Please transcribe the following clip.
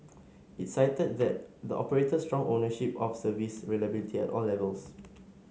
it cited that the operator's strong ownership of service reliability at all levels